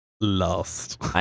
lost